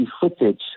footage